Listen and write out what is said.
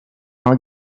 train